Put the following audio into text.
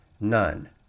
None